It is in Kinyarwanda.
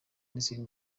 n’izindi